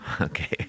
Okay